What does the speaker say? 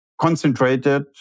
concentrated